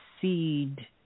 seed